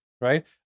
Right